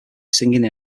singing